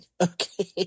Okay